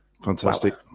Fantastic